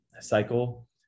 cycle